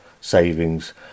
savings